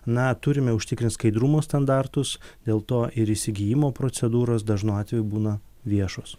na turime užtikrint skaidrumo standartus dėl to ir įsigijimo procedūros dažnu atveju būna viešos